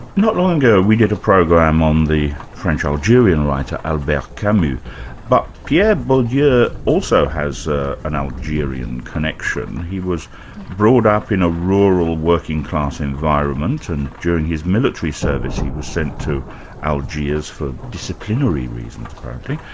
not long ago we did a program on the french algerian writer, albert camus, but pierre bourdieu yeah also has ah an algerian connection he was brought up in a rural working-class environment and during his military service he was sent to algiers for disciplinary reasons apparently.